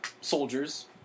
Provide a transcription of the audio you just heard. soldiers